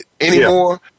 anymore